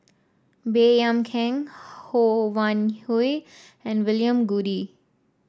Baey Yam Keng Ho Wan Hui and William Goode